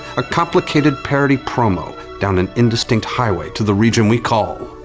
a complicated parody promo down an indistinct highway to the region we call